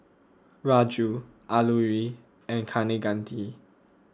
Raja Alluri and Kaneganti